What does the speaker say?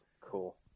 Cool